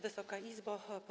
Wysoka Izbo!